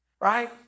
Right